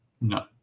No